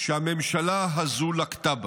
שהממשלה הזו לקתה בה.